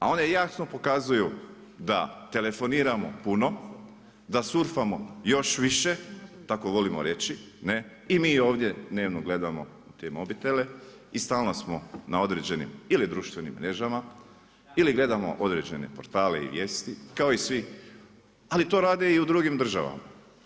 A one jasno pokazuju da telefoniramo puno, da surfamo još više, tako volimo reći, ne, i mi ovdje dnevno gledamo u te mobitele i stalno smo na određenim ili društvenim mrežama ili gledamo određene portale i vijesti kao i svi ali to rade i u drugim državama.